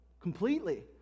completely